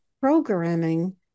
programming